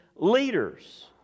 leaders